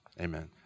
Amen